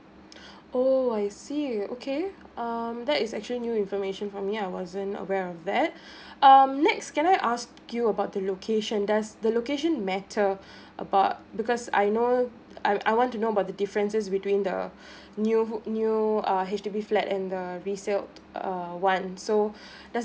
oh I see okay um that is actually new information for me I wasn't aware of that um next can I ask you about the location does the location matter about because I know I I want to know about the differences between the new new uh H_D_B flat and the resaled err ones so does